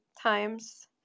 times